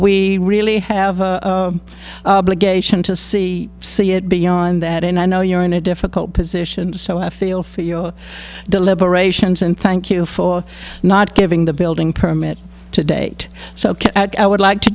we really have to see see it beyond that and i know you're in a difficult position so i feel for your deliberations and thank you for not giving the building permit to date so i would like to